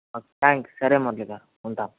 okay thanks సరే మురళీ గారు ఉంటాం